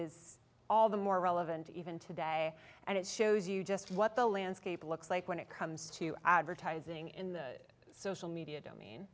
is all the more relevant even today and it shows you just what the landscape looks like when it comes to advertising in the social media